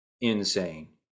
insane